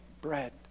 bread